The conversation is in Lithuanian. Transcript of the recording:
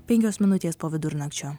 penkios minutės po vidurnakčio